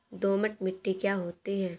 दोमट मिट्टी क्या होती हैं?